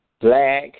black